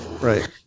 Right